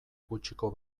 gutxiko